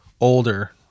older